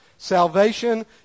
Salvation